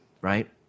right